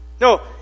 no